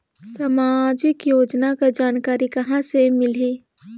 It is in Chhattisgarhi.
समाजिक योजना कर जानकारी कहाँ से मिलही?